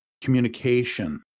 communication